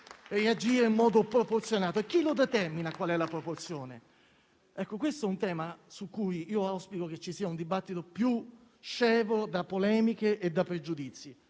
reagire in modo proporzionato? E chi determina qual è la proporzione? Questo è un tema su cui auspico che ci sia un dibattito più scevro da polemiche e da pregiudizi.